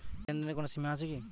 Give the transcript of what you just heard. লেনদেনের কোনো সীমা আছে কি?